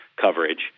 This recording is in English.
coverage